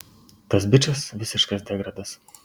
tas bičas visiškas degradas